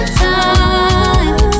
time